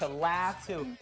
to laugh too